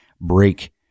break